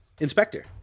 Inspector